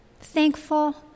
thankful